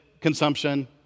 consumption